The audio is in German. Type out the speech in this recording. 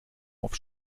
auf